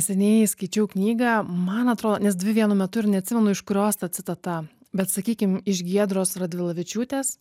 seniai skaičiau knygą man atrodo nes dvi vienu metu ir neatsimenu iš kurios ta citata bet sakykim iš giedros radvilavičiūtės